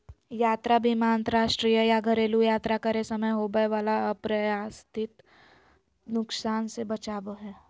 यात्रा बीमा अंतरराष्ट्रीय या घरेलू यात्रा करे समय होबय वला अप्रत्याशित नुकसान से बचाबो हय